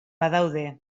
badaude